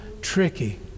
tricky